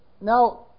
Now